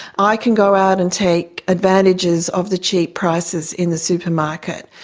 i can go out and take advantages of the cheap prices in the supermarket,